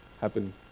happen